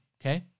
okay